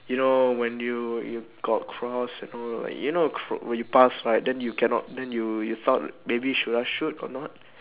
you know when you you got cross and all like you know c~ when you pass right then you cannot then you you thought maybe should I shoot or not